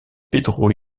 pedro